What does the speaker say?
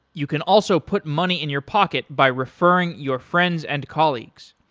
you can also put money in your pocket by referring your friends and colleagues.